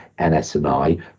NSNI